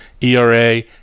ERA